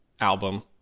album